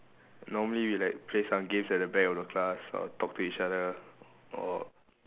normally we like play some games at the back of the class or talk to each other or